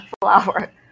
flower